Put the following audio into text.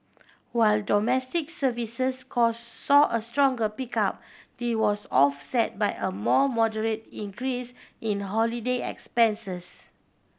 while domestic services cost saw a stronger pickup the was offset by a more moderate increase in holiday expenses